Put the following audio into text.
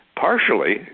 partially